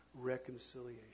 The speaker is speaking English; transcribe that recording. reconciliation